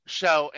show